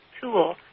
tool